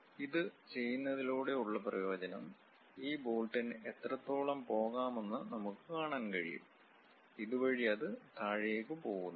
ഇത് ചെയ്യുന്നതിലൂടെ ഉള്ള പ്രയോജനം ഈ ബോൾട്ടിന് എത്രത്തോളം പോകാമെന്ന് നമുക്ക് കാണാൻ കഴിയും ഇതുവഴി അത് താഴേക്ക് പോകുന്നു